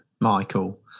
Michael